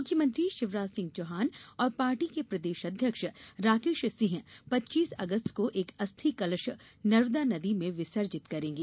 मुख्यमंत्री शिवराज सिंह चौहान और पार्टी के प्रदेश अध्यक्ष राकेश सिंह पच्चीस अगस्त को एक अस्थि कलश नर्मदा नदी में विसर्जित करेंगे